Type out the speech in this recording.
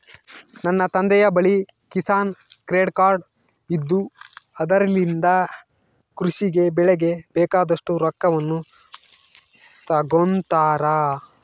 ನನ್ನ ತಂದೆಯ ಬಳಿ ಕಿಸಾನ್ ಕ್ರೆಡ್ ಕಾರ್ಡ್ ಇದ್ದು ಅದರಲಿಂದ ಕೃಷಿ ಗೆ ಬೆಳೆಗೆ ಬೇಕಾದಷ್ಟು ರೊಕ್ಕವನ್ನು ತಗೊಂತಾರ